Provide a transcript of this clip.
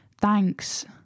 thanks